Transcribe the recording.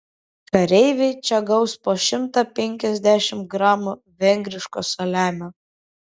kareiviai čia gaus po šimtą penkiasdešimt gramų vengriško saliamio